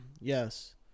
Yes